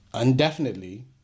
indefinitely